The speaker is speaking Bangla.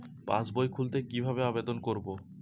পাসবই খুলতে কি ভাবে আবেদন করব?